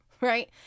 right